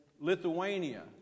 Lithuania